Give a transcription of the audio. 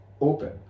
open